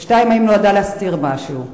2. האם היא נועדה להסתיר משהו?